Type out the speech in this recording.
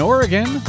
Oregon